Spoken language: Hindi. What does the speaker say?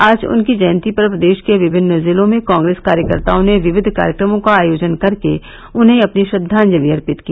आज उनकी जयंती पर प्रदेश के विभिन्न जिलों में कॉग्रेस कार्यकर्ताओं ने विविध कार्यक्रमों का आयोजन कर के उन्हें अपनी श्रद्वांजलि अर्पित की